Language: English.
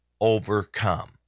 overcome